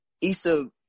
Issa